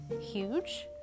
huge